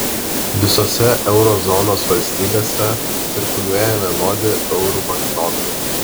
visose euro zonos valstybėse cirkuliuoja vienodi eurų banknotai